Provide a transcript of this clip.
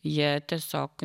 jie tiesiog